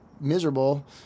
miserable